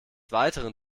weiteren